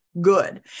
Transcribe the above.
good